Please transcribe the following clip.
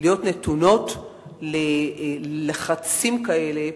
להיות נתונות ללחצים כאלה פסיכולוגיים,